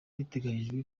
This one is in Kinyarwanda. biteganyijwe